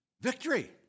victory